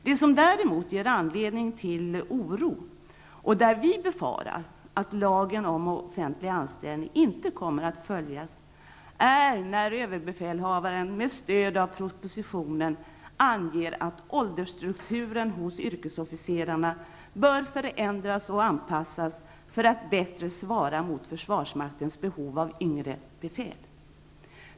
Det som däremot ger anledning till oro och där vi befarar att lagen om offentlig anställning inte kommer att följas är när överbefälhavaren med stöd av propositionen anger att åldersstrukturen hos yrkesofficerarna bör förändras och anpassas för att bättre svara mot försvarsmaktens behov av yngre befäl.